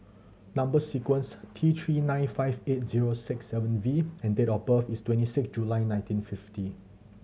number sequence T Three nine five eight zero six seven V and date of birth is twenty six July nineteen fifty